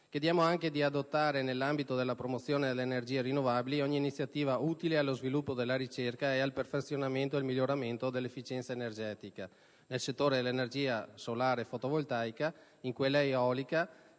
ambientale; ad adottare nell'ambito della promozione delle energie rinnovabili ogni iniziativa utile allo sviluppo della ricerca per il perfezionamento ed il miglioramento dell'efficienza energetica nel settore dell'energia solare fotovoltaica, di quella eolica,